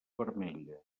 vermella